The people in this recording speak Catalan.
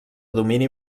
domini